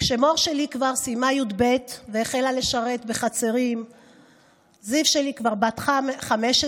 כשמור שלי כבר סיימה י"ב והחלה לשרת בחצרים וזיו שלי כבר בת 15,